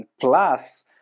plus